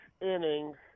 innings